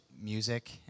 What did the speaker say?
music